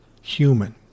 human